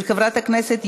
נתקבלה.